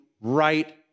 right